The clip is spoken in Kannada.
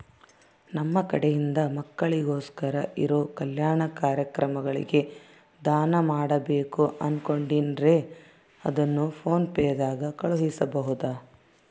ನಮ್ಮ ಕಡೆಯಿಂದ ಮಕ್ಕಳಿಗೋಸ್ಕರ ಇರೋ ಕಲ್ಯಾಣ ಕಾರ್ಯಕ್ರಮಗಳಿಗೆ ದಾನ ಮಾಡಬೇಕು ಅನುಕೊಂಡಿನ್ರೇ ಅದನ್ನು ಪೋನ್ ಪೇ ದಾಗ ಕಳುಹಿಸಬಹುದಾ?